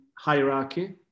hierarchy